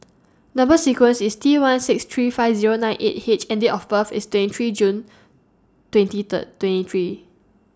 Number sequence IS T one six three five Zero nine eight H and Date of birth IS twenty three June twenty Third twenty three